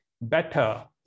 better